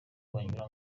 banyura